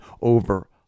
over